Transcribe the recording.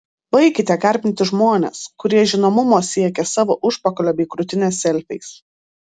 baikite garbinti žmones kurie žinomumo siekia savo užpakalio bei krūtinės selfiais